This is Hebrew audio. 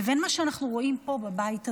לבין מה שאנחנו רואים פה בבית הזה,